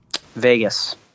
Vegas